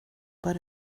but